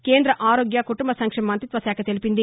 కేంద ఆరోగ్య కుటుంబ సంక్షేమ మంతిత్వ శాఖ తెలిపింది